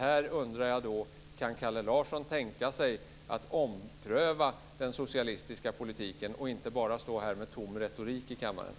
Jag undrar: Kan Kalle Larsson tänka sig att ompröva den socialistiska politiken och inte bara stå här i kammaren med tom retorik?